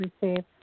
receive